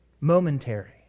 Momentary